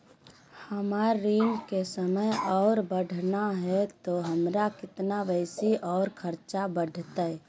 हमर ऋण के समय और बढ़ाना है तो हमरा कितना बेसी और खर्चा बड़तैय?